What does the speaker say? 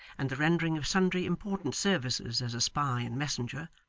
and the rendering of sundry important services as a spy and messenger,